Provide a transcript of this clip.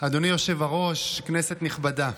אדוני היושב-ראש, כנסת נכבדה,